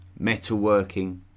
metalworking